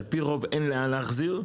על פי רוב אין לאן להחזיר.